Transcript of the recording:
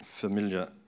Familiar